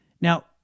Now